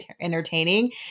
entertaining